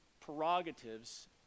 prerogatives